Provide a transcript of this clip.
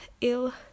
ill